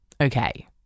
Okay